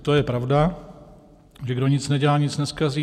To je pravda, že kdo nic nedělá, nic nezkazí.